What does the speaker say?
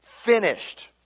Finished